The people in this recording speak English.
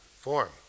form